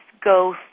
go